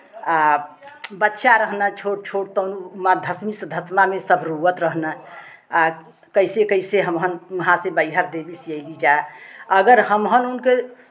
आ बच्चा रहना छोट छोट तउन मार धसमिस धसमा में सब रौअत रहना कैसे कैसे हमहन वहाँ से मइहर देवी से अइली जा अगर हमहन उनके